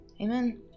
Amen